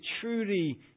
truly